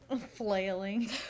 flailing